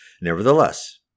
Nevertheless